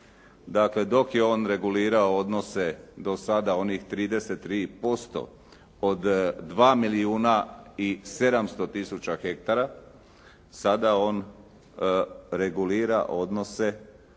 Dakle dok je on regulirao odnose do sada onih 33% od 2 milijuna i 700 tisuća hektara sada on regulira odnose